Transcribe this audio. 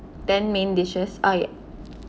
ten main dishes I